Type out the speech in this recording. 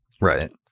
Right